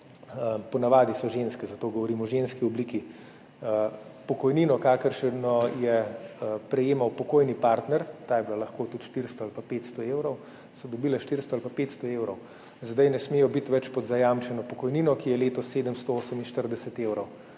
Po navadi so ženske, zato govorim v ženski obliki. Če so prej prejele pokojnino, kakršno je prejemal pokojni partner, ta je bila lahko tudi 400 ali pa 500 evrov, so dobile 400 ali pa 500 evrov, zdaj ne smejo biti več pod zajamčeno pokojnino, ki je letos 748 evrov.